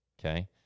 okay